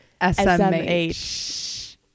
SMH